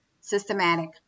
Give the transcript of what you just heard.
systematic